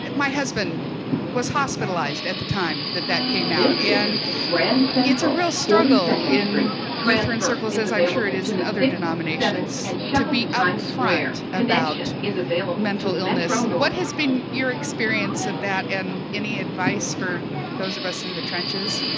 my husband was hospitalized at the time that that came out, and it's a real struggle in lutheran circles, as i'm sure it is in other denominations, to be up front about mental illness. what has been your experience of that and any advice for those of us in the trenches?